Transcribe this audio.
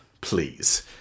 please